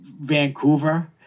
Vancouver